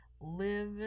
live